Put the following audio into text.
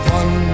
one